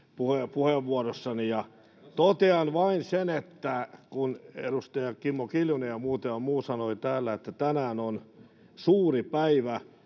puheenvuorossani ja totean vain sen että kun edustaja kimmo kiljunen ja muutama muu sanoivat täällä että tänään on suuri päivä